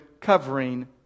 covering